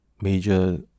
major